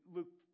Luke